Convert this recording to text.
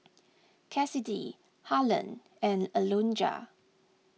Cassidy Harland and Alonza